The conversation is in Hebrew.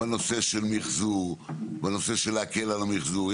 בנושא של מחזור, בנושא של להקל על המחזור.